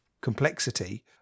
complexity